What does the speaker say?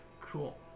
Cool